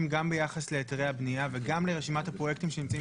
גם ביחס להיתרי הבנייה וגם לרשימת הפרויקטים שנמצאים